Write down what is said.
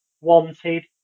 wanted